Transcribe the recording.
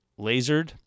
lasered